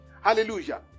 Hallelujah